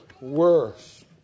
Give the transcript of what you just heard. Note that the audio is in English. worse